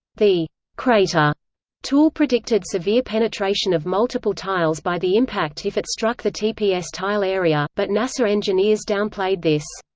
the crater tool predicted severe penetration of multiple tiles by the impact if it struck the tps tile area, but nasa engineers downplayed this.